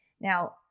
Now